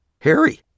Harry